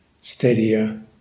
steadier